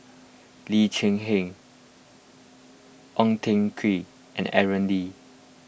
Lee Cheng Ong Tiong Khiam and Aaron Lee